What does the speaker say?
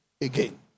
again